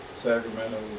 Sacramento